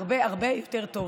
הרבה הרבה יותר טוב.